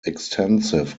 extensive